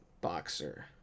Boxer